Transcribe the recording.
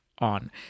on